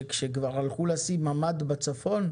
שכאשר כבר הלכו לשים ממ"ד בצפון,